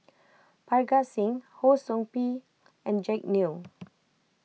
Parga Singh Ho Sou Ping and Jack Neo